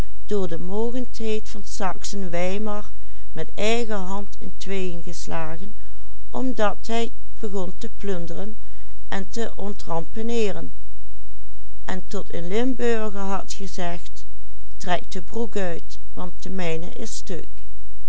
te plunderen en te ontrampeneeren en tot een limburger had gezegd trek de broek uit want de mijne